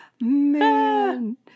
Man